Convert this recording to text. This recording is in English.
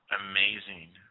Amazing